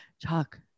Chuck